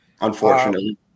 Unfortunately